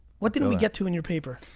what didn't we get to in your paper?